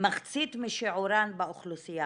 מחצית משיעורן באוכלוסייה.